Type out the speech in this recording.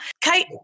Kate